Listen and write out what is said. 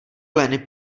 pleny